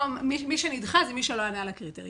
מי שנדחה זה מי שלא ענה על הקריטריונים.